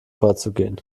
vorzugehen